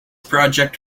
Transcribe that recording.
project